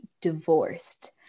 divorced